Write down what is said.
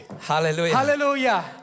Hallelujah